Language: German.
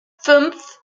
fünf